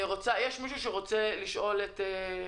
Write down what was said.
האם יש מישהו שרוצה לשאול אותו שאלות?